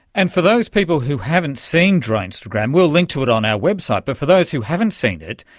and for those people who haven't seen dronestagram, we'll link to it on our website, but for those who haven't seen it,